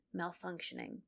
malfunctioning